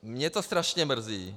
Mě to strašně mrzí.